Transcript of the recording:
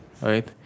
Right